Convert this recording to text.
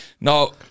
No